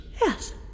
Yes